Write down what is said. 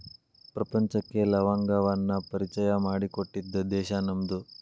ಪ್ರಪಂಚಕ್ಕೆ ಲವಂಗವನ್ನಾ ಪರಿಚಯಾ ಮಾಡಿಕೊಟ್ಟಿದ್ದ ದೇಶಾ ನಮ್ದು